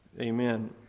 Amen